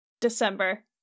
December